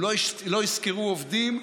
הם לא ישכרו עובדים,